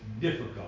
difficult